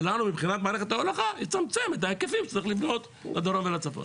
ולנו מבחינת מערכת ההולכה לצמצם את ההיקפים שצריך לבנות לדרום ולצפון.